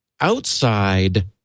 outside